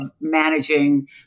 managing